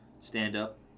Stand-up